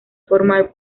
formar